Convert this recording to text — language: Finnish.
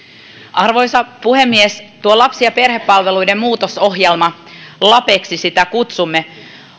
arvoisa puhemies tuo lapsi ja perhepalveluiden muutosohjelma lapeksi sitä kutsumme